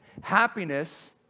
Happiness